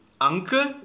uncle